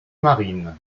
marine